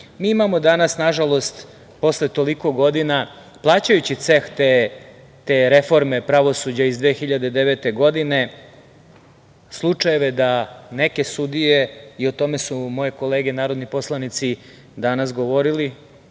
imamo danas, nažalost, posle toliko godina, plaćaju ceh te reforme pravosuđa iz 2009. godine, slučajeve da neke sudije, o tome su moje kolege narodni poslanici danas govorili